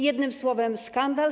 Jednym słowem: skandal.